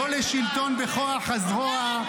לא לשלטון בכוח הזרוע,